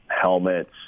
helmets